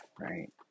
right